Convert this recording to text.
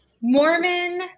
Mormon